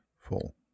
full